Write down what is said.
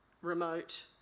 remote